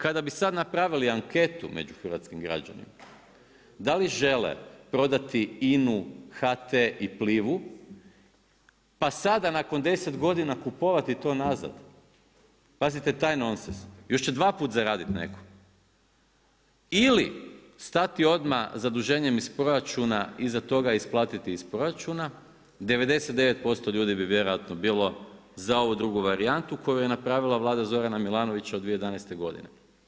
Kada bi sada napravili anketu među hrvatskim građanima da li žele prodati INA-u, HT i Plivu pa sada nakon deset godina kupovati to nazad, pazite taj nonsens, još će dva puta zaraditi neko ili stati odmah zaduženjem iz proračuna iza toga isplatiti iz proračuna, 99% ljudi bi vjerojatno bilo za ovu drugu varijantu koja je napravila vlada Zorana Milanovića od 2011. godine.